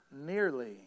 nearly